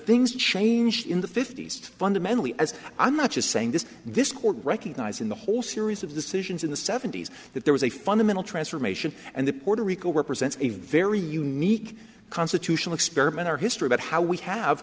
things changed in the fifty's fundamentally as i'm not just saying this this court recognized in the whole series of decisions in the seventy's that there was a fundamental transformation and the puerto rico represents a very unique constitutional experiment our history about how we have